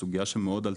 זו סוגיה שעלתה,